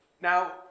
Now